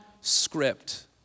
script